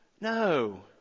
No